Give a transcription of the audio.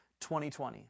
2020